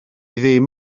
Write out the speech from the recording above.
ddim